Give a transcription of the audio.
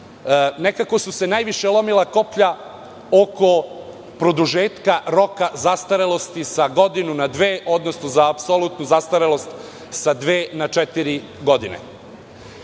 nekako su se najviše lomila koplja oko produžetka roka zastarelosti sa godinu na dve, odnosno za apsolutnu zastarelost sa dve na četiri godine.